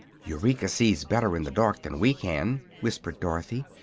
eureka sees better in the dark than we can, whispered dorothy.